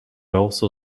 also